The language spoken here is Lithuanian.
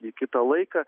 į kitą laiką